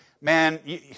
man